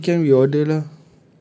then weekend we order lah